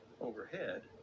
overhead